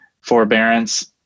forbearance